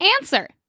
Answer